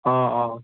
অঁ অঁ